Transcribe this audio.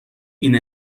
این